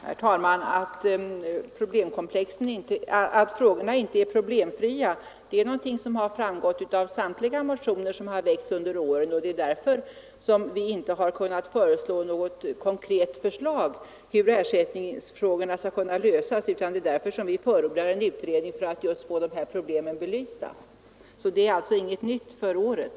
Herr talman! Att frågorna inte är problemfria har framgått av samtliga motioner som väckts under åren. Det är därför som vi inte har kunnat ställa något konkret förslag om hur ersättningsfrågorna skall lösas utan förordar en utredning för att just få dessa problem belysta. Det är alltså inget nytt för året.